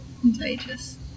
contagious